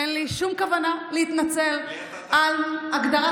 ואין לי שום כוונה להתנצל על הגדרת